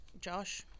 Josh